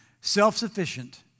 self-sufficient